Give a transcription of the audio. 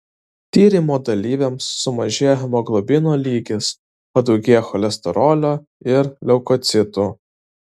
tyrimo dalyviams sumažėjo hemoglobino lygis padaugėjo cholesterolio ir leukocitų